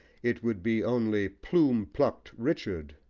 it would be only plume-plucked richard.